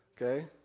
okay